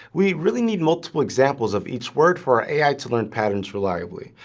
we really need multiple examples of each word for our ai to learn patterns reliably,